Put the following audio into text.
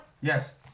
Yes